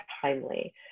timely